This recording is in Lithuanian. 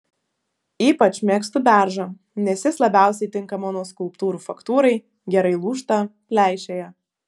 ypač mėgstu beržą nes jis labiausiai tinka mano skulptūrų faktūrai gerai lūžta pleišėja